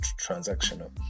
transactional